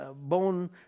bone